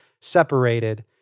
separated